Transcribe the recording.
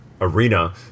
arena